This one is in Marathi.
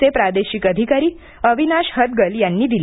चे प्रादेशिक अधिकारी अविनाश हदगल यांनी दिली